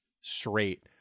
straight